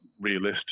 realistic